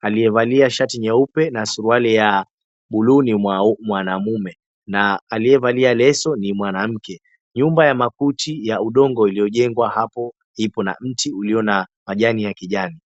aliyevalia shati nyeupe na suruali ya bluu ni mwanamume na aliyevalia leso ni mwanamke. Nyumba ya makuti ya udongo iliyojengwa hapo ipo na mti uliyo na 𝑚𝑎𝑗𝑎𝑛i ya kijani.